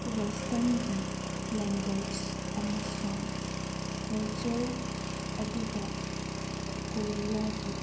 ꯋꯦꯁꯇꯔꯟꯒꯤ languages ꯑꯃꯁꯨꯡ culture ꯑꯗꯨꯒ ꯀꯣꯔꯤꯌꯥꯒꯤ